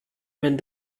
wenn